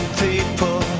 people